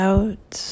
Out